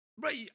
Right